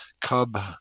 Cub